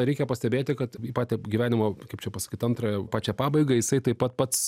reikia pastebėti kad į patį gyvenimo kaip čia pasakyt antrą jau pačią pabaigą jisai taip pat pats